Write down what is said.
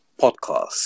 podcast